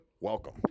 welcome